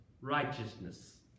righteousness